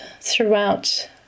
throughout